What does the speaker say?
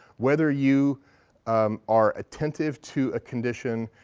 whether you are attentive to a condition